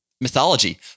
mythology